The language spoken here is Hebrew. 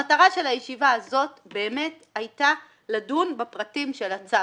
המטרה של הישיבה הזאת באמת הייתה לדון בפרטים של הצו,